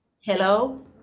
Hello